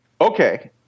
Okay